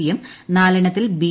P യും നാലെണ്ണത്തിൽ B